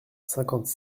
cinquante